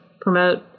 promote